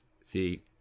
see